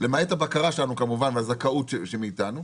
למעט הבקרה שלנו, כמובן, והזכאות שהיא מאיתנו,